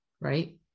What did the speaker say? right